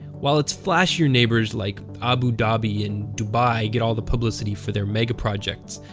while its flashier neighbors like abu dhabi and dubai get all the publicity for their megaprojects,